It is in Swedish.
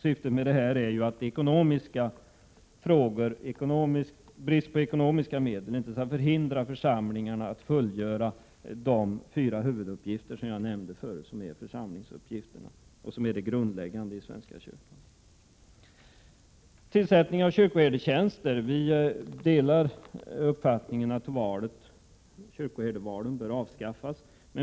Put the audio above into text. Syftet är ju att bristen på medel i ekonomiskt avseende inte skall förhindra församlingarna att fullgöra de fyra huvuduppgifter som jag nämnde förut och som är de församlingsuppgifter som är grundläggande för svenska kyrkan. Sedan till frågan om tillsättningen av kyrkoherdetjänster. Vi delar uppfattningen att kyrkoherdevalen bör avskaffas.